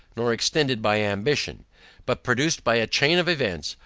nor extended by ambition but produced by a chain of events,